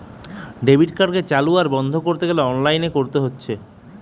debit কার্ডকে চালু আর বন্ধ কোরতে গ্যালে অনলাইনে কোরতে হচ্ছে